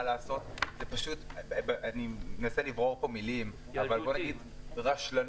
לעשות אני מנסה לברור פה מילים - זו רשלנות.